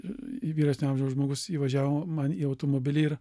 vyresnio amžiaus žmogus įvažiavo man į automobilį ir